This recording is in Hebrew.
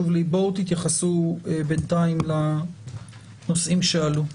תתייחסו בינתיים לנושאים שעלו.